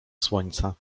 słońca